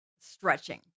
stretching